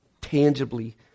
tangibly